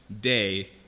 day